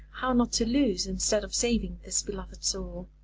how not to lose instead of saving this beloved soul?